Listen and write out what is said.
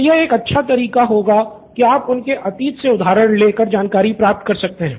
तो यह एक अच्छा तरीका होगा कि आप उनके अतीत से उदाहरण ले कर जानकारी प्राप्त कर सकते हैं